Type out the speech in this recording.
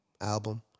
album